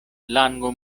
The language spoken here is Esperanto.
lango